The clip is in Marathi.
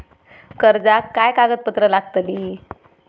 कर्जाक काय कागदपत्र लागतली?